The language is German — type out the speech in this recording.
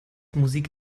musik